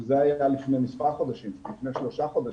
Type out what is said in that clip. שזה היה לפני שלושה חודשים.